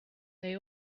they